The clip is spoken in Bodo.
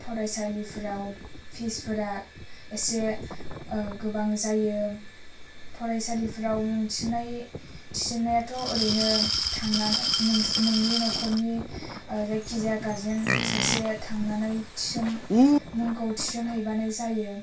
फरायसालिफ्राव फिसफोरा एसे गोबां जायो फरायसालिफ्राव मुं थिस'न्नाय थिस'न्नायाथ' ओरैनो थांना नोंसि नोंनि नख'रनि जायखि जाया गार्जेन सासे थांनानै थिसन मुंखौ थिसन हैबानो जायो